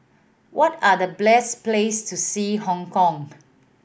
what are the bless place to see Hong Kong